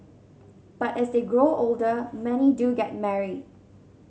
but as they grow older many do get married